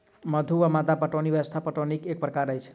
मद्दु वा मद्दा पटौनी व्यवस्था पटौनीक एक प्रकार अछि